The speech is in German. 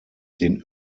den